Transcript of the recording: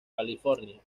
california